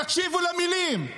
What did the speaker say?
תקשיבו למילים,